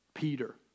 Peter